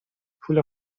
پول